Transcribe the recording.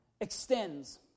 extends